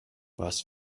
was